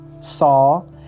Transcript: Saw